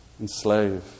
enslave